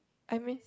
I mean